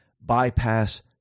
Bypass